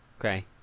okay